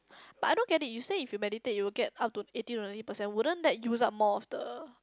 but I don't get it you say if you meditate you will get up to eighty only percent won't that use up more of the